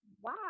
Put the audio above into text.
Wow